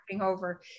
over